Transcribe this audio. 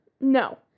No